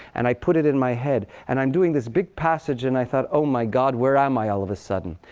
and i put it in my head. and i'm doing this big passage. and i thought, oh my god, where am i, all of a sudden.